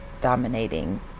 dominating